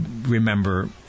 remember